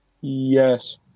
Yes